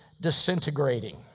disintegrating